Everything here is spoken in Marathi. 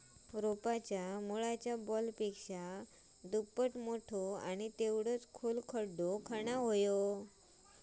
रोपाच्या मुळाच्या बॉलपेक्षा दुप्पट मोठो आणि तेवढोच खोल खड्डो खणा